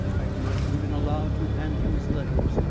i have not even been allowed to hand him his letters.